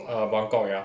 err buangkok ya